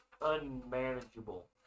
unmanageable